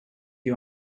you